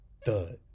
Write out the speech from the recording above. Thud